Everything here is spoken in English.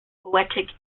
poetic